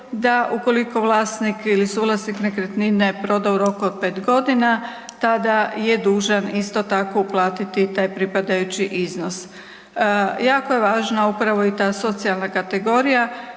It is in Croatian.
da ukoliko vlasnik ili suvlasnik nekretnine proda u roku od 5 godina, tada je dužan isto tako uplatiti taj pripadajući iznos. Jako je važno upravo i ta socijalna kategorija